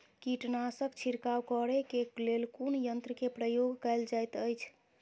कीटनासक छिड़काव करे केँ लेल कुन यंत्र केँ प्रयोग कैल जाइत अछि?